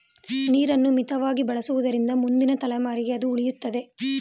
ನೀರನ್ನು ಮಿತವಾಗಿ ಬಳಸುವುದರಿಂದ ಮುಂದಿನ ತಲೆಮಾರಿಗೆ ಅದು ಉಳಿಯುತ್ತದೆ